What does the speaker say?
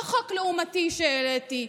לא חוק לעומתי שהעליתי,